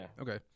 Okay